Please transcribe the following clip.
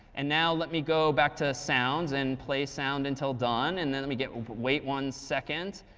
and now let me go back to sounds, and play sound until done, and then let me get wait one second.